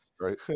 Right